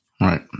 Right